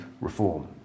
reform